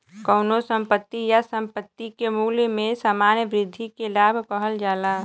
कउनो संपत्ति या संपत्ति के मूल्य में सामान्य वृद्धि के लाभ कहल जाला